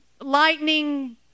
lightning